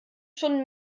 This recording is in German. schon